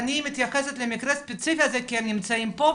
מתייחסת למקרה הספציפי הזה כי הם נמצאים פה,